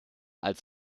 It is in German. als